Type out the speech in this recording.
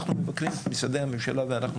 אנחנו מבקרים את משרדי הממשלה ואנחנו